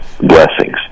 blessings